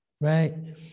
right